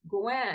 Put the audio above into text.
Gwen